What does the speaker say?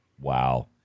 Wow